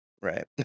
Right